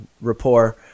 rapport